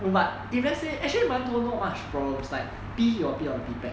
no but if lets say actually 馒头 not much problems it's like pee he will pee at the pee pad